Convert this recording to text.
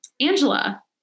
Angela